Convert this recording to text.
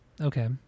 okay